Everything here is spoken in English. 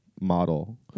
Model